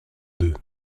deux